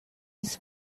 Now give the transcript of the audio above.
his